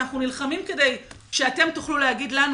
אנחנו נלחמים כדי שאתם תוכלו להגיד לנו,